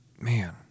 man